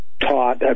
taught